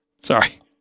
Sorry